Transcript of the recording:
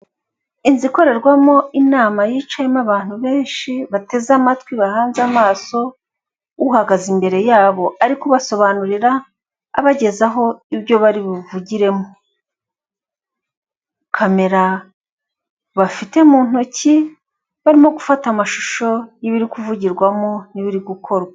Inzu ikorerwamo inama yicayemo abantu benshi, bateze amatwi bahanze amaso uhagaze imbere yabo ari kubasobanurira, abagezaho ibyo bari buvugiremo, kamera bafite mu ntoki barimo gufata amashusho y'ibiri kuvugirwa mo n'ibiri gukorwa.